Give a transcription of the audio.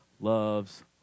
loves